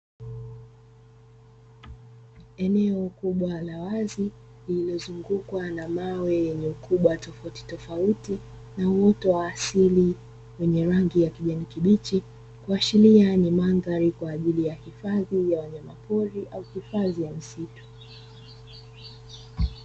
Eneo kubwa la wazi lililozungukwa na mawe yenye ukubwa tofautitofauti na uoto wa asili wenye rangi ya kijani kibichi, kuashiria ni mandhari kwa ajili ya hifadhi ya wanyamapori au hifadhi ya msitu.